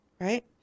right